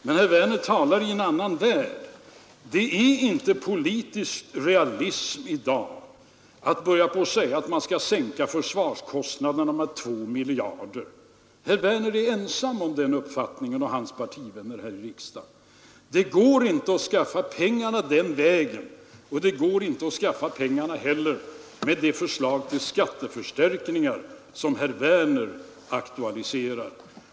Men herr Werner talar i en annan värld Det är i dag inte politisk realism att tala om att sänka försvarskostnaderna med två miljarder. Herr Werner och hans partivänner här i riksdagen är ensamma om den bedömningen. Det går inte att skaffa pengar den vägen, och det går inte heller att skaffa pengar genom de förslag till skatteförstärkningar som herr Werner aktualiserar.